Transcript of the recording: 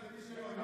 חבר הכנסת רון כץ.